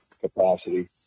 capacity